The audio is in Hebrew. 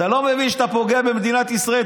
אתה לא מבין שאתה פוגע במדינת ישראל,